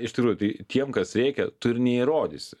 iš tikrųjų tai tiem kas rėkia tu ir neįrodysi